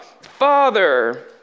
Father